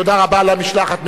תודה רבה למשלחת מגרמניה,